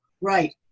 Right